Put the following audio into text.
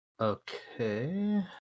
Okay